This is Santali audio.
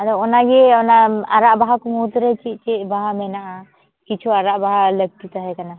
ᱟᱫᱚ ᱚᱱᱟᱜᱮ ᱚᱱᱟ ᱟᱨᱟᱜ ᱵᱟᱦᱟ ᱠᱚ ᱢᱩᱫ ᱨᱮ ᱪᱮᱫ ᱪᱮᱫ ᱵᱟᱦᱟ ᱢᱮᱱᱟᱜᱼᱟ ᱠᱤᱪᱷᱩ ᱟᱨᱟᱜ ᱵᱟᱦᱟ ᱞᱟᱹᱠᱛᱤ ᱛᱟᱦᱮᱸ ᱠᱟᱱᱟ